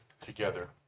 together